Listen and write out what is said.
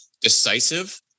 decisive